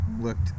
looked